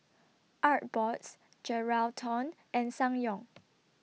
Artbox Geraldton and Ssangyong